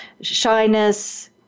shyness